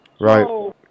Right